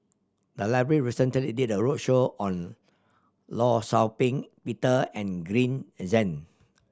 the library recently did a roadshow on Law Shau Ping Peter and Green Zeng